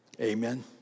Amen